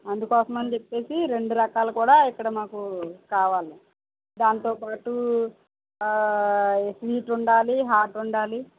అందుకోసం అని చెప్పి రెండు రకాలు కూడా ఇక్కడ మాకు కావాలి దానితో పాటు స్వీట్ ఉండాలి హాట్ ఉండాలి